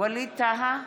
ווליד טאהא,